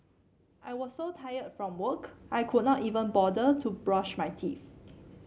I was so tired from work I could not even bother to brush my teeth